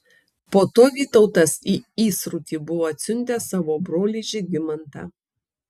po to vytautas į įsrutį buvo atsiuntęs savo brolį žygimantą